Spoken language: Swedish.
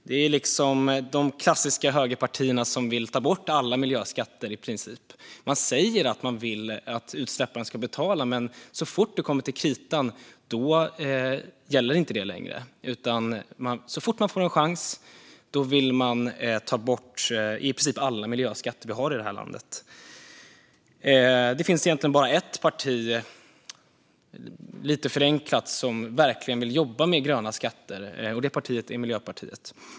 Det är de klassiska högerpartierna som i princip vill ta bort alla miljöskatter. Man säger att utsläpparen ska betala, men så fort det kommer till kritan gäller inte längre detta. Så fort man får en chans vill man ta bort i princip alla miljöskatter vi har i det här landet. Lite förenklat finns det egentligen bara ett parti som verkligen vill jobba med gröna skatter, och det är Miljöpartiet.